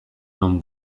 non